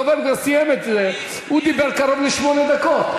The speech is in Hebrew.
הדובר סיים את דבריו, הוא דיבר קרוב לשמונה דקות.